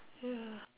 ya